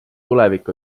tulevik